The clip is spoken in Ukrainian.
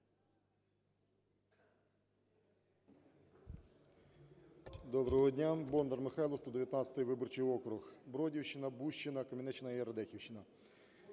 Доброго дня. Бондар Михайло, 119 виборчий округ, Бродівщина, Бущина, Кам'янеччина і Радехівщина.